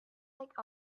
like